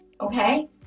okay